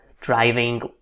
driving